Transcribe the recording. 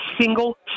single